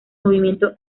movimiento